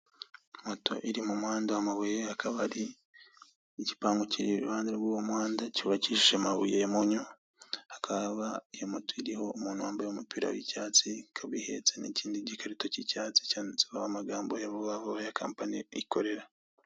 Moto iri mu muhanda w'amabuye akaba ari igipangu kiri iruhande rw'uwo muhanda wubakishije amabuye ya mpunyu, akaba iyo moto iriho umuntu wambaye umupira w'icyatsi, ikabi ihetse n'ikindi gikarito cy'icyatsi cyanditseho amagambo yabo vuba vuba ya kampani ikorera.